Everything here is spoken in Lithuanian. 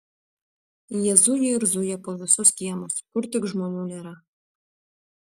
jie zuja ir zuja po visus kiemus kur tik žmonių nėra